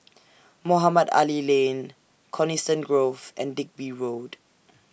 Mohamed Ali Lane Coniston Grove and Digby Road